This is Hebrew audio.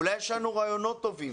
אולי יש לנו רעיונות טובים.